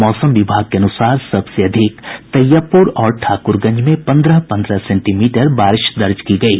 मौसम विभाग के अनुसार सबसे अधिक तैयबपुर और ठाकुरगंज में पन्द्रह पन्द्रह सेंटीमीटर बारिश दर्ज की गयी